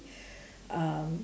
um